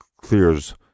clears